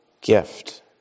gift